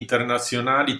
internazionali